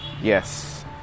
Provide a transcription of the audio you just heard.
Yes